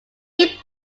cape